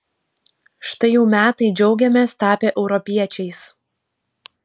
štai jau metai džiaugiamės tapę europiečiais